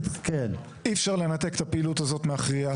אי אפשר לנתק את הפעילות הזאת מהחירייה,